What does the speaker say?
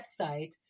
website